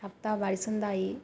ਹਫਤਾਵਾਰੀ ਸੰਧਾਈ